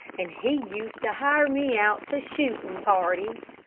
and he used to hire me out to shooting parties.